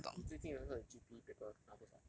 你最近的那个 G_P paper 拿多少